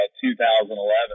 2011